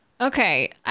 Okay